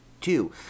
two